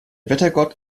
wettergott